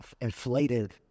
inflated